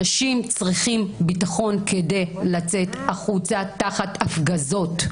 אנשים צריכים ביטחון כדי לצאת החוצה תחת הפגזות,